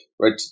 right